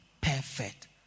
perfect